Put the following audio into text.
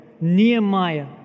Nehemiah